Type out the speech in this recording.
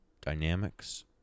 dynamics